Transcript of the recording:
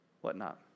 whatnot